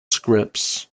scripts